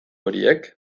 horiek